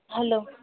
hello